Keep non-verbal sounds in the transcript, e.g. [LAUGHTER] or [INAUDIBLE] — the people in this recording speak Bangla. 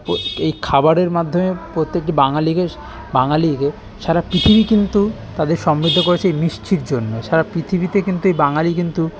ও এই খাবারের মাধ্যমে প্রত্যেকটি বাঙালিকে [UNINTELLIGIBLE] বাঙালিকে সারা পৃথিবী কিন্তু তাদের সমৃদ্ধ করেছে এই মিষ্টির জন্য সারা পৃথিবীতে কিন্তু এই বাঙালি কিন্তু